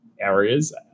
areas